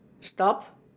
stop